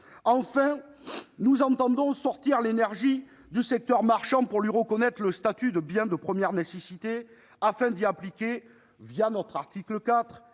Enfin, nous entendons sortir l'énergie du secteur marchand pour lui reconnaître le statut de bien de première nécessité, afin d'y appliquer, via notre article 4,